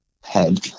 head